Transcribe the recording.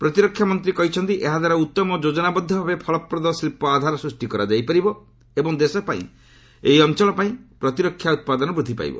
ପ୍ରତିରକ୍ଷାମନ୍ତ୍ରୀ କହିଛନ୍ତି ଏହାଦ୍ୱାରା ଉଉମ ଯୋଜନାବଦ୍ଧଭାବେ ଫଳପ୍ରଦ ଶିଳ୍ପ ଆଧାର ସୃଷ୍ଟି କରାଯାଇପାରିବ ଏବଂ ଦେଶ ପାଇଁ ଏହି ଅଞ୍ଚଳ ପାଇଁ ପ୍ରତିରକ୍ଷା ଉତ୍ପାଦନ ବୃଦ୍ଧି ପାଇବ